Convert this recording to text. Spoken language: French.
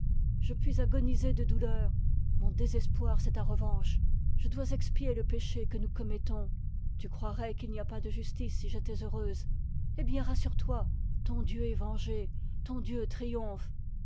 je puis agoniser de douleur mon désespoir c'est ta revanche je dois expier le péché que nous commettons tu croirais qu'il n'y a pas de justice si j'étais heureuse eh bien rassure-toi ton dieu est vengé ton dieu triomphe